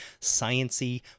sciencey